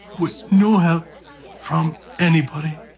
with no help from anybody.